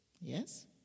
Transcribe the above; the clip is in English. yes